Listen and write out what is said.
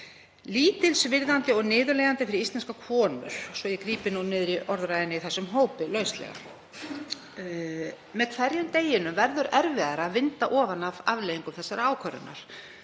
„Lítilsvirðandi og niðurlægjandi fyrir íslenskar konur“, svo ég grípi lauslega niður í orðræðunni í þessum hópi. Með hverjum deginum verður erfiðara að vinda ofan af afleiðingum þessarar ákvörðunar.